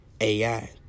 AI